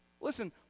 listen